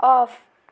off